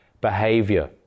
Behavior